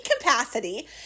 capacity